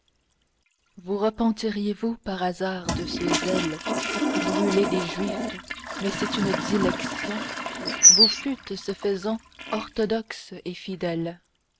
vous repentiriez-vous par hasard de ce zèle brûler des juifs mais c'est une dilection vous fûtes ce faisant orthodoxe et fidèle